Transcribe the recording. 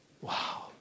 Wow